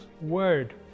word